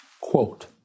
Quote